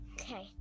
Okay